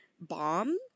bomb